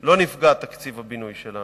לא נפגע תקציב הבינוי שלנו,